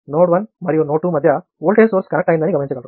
node 1 మరియు node 2 మధ్య voltage source connect అయిందని గమనించగలరు